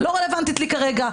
לא רלוונטית לי כרגע.